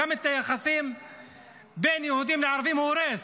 גם את היחסים בין יהודים לערבים הוא הורס.